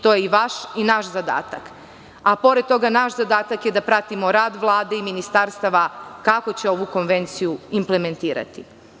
To je i vaš i naš zadatak, a pored toga, naš zadatak je da pratimo rad Vlade i ministarstava kako će ovu konvenciju implementirati.